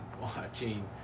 watching